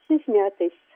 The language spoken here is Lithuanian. šiais metais